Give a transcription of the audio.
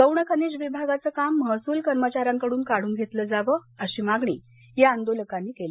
गौण खनिज विभागाचं काम महसूल कर्मचाऱ्यांकडून काढून घेतलं जावं अशी मागणी या आंदोलकांनी केली